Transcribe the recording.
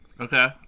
Okay